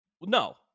No